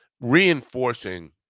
reinforcing